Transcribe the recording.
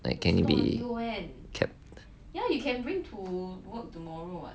like can it be and kept